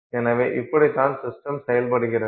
எனவே இப்படிதான் சிஸ்டம் செயல்படுகிறது